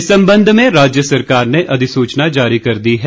इस संबंध में राज्य सरकार ने अधिसुचना जारी कर दी है